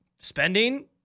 spending